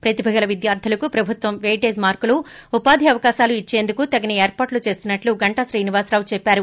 ప్రతిభ గల విద్యార్గులకు ప్రభుత్వం పెయిటేజ్ మార్కులు ఉపాధి అవకాశాలు ఇచ్చేందుకు తగినే ఏర్పాట్లు చేస్తున్నట్లు గంటా శ్రీనివాసరావు చెప్సారు